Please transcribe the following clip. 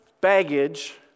baggage